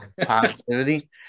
positivity